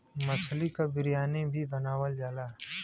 मछली क बिरयानी भी बनावल जाला